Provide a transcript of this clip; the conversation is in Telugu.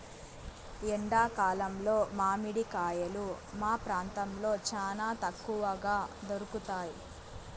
ఎండా కాలంలో మామిడి కాయలు మా ప్రాంతంలో చానా తక్కువగా దొరుకుతయ్